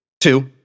Two